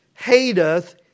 hateth